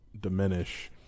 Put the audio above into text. diminish